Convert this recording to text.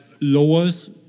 lowers